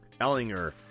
Ellinger